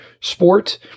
sport